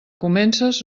comences